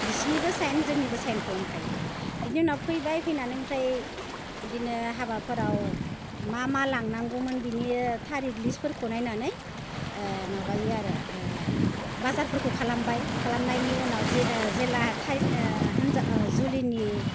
बिसिनिबो साइन जोंनिबो साइन खालामखायो बेनि उनाव फैबाय फैनानै ओमफ्राय बिदिनो हाबाफोराव मा मा लांनांगौमोन बेनि थारिग लिस्टफोरखौ नायनानै माबायो आरो बाजारफोरखौ खालामबाय खालामनायनि उनाव जे जेला टाइम हिनजाव जुलिनि